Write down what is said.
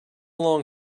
long